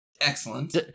Excellent